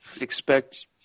expect